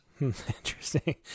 Interesting